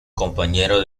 compañero